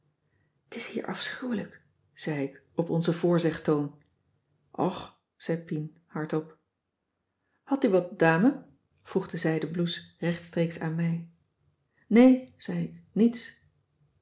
t is hier afschuwelijk zei ik op onzen voorzegtoon och zei pien hardop had u wat dame vroeg de zijden blouse rechtstreeks aan mij nee zei ik niets